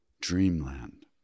dreamland